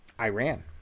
Iran